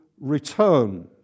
return